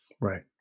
right